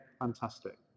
fantastic